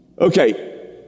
Okay